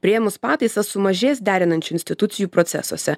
priėmus pataisas sumažės derinančių institucijų procesuose